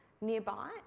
nearby